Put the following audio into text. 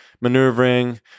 maneuvering